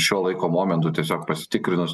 šiuo laiko momentu tiesiog pasitikrinus